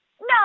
no